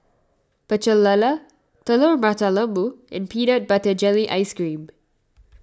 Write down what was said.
Pecel Lele Telur Mata Lembu and Peanut Butter Jelly Ice Cream